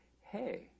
hey